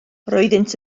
roeddynt